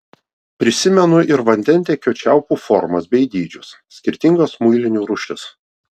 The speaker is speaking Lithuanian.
prisimenu ir vandentiekio čiaupų formas bei dydžius skirtingas muilinių rūšis